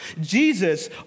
Jesus